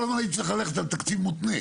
כל הזמן הייתי צריך ללכת על תקציב מותנה,